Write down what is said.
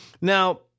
Now